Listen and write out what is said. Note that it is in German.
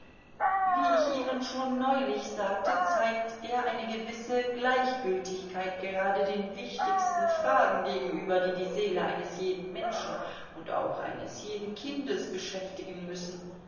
wie ich ihnen schon neulich sagte zeigt er eine gewisse gleichgültigkeit gerade den wichtigsten fragen gegenüber die die seele eines jeden menschen und auch eines jeden kindes beschäftigen müssen